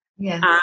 Yes